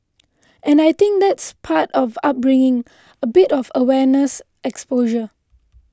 and I think that's part of upbringing a bit of awareness exposure